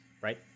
right